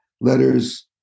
letters